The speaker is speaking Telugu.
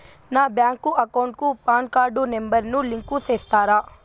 నా బ్యాంకు అకౌంట్ కు పాన్ కార్డు నెంబర్ ను లింకు సేస్తారా?